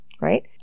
right